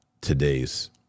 today's